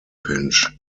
pinch